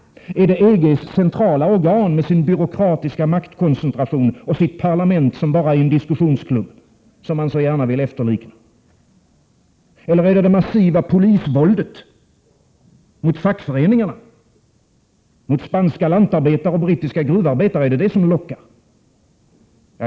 Är det EG:s centrala organ med sin byråkratiska maktkoncentration och sitt parlament, som bara är en diskussionsklubb, som man så gärna vill efterlikna? Eller är det det massiva polisvåldet mot fackföreningarna, mot spanska lantarbetare och brittiska gruvarbetare, som lockar?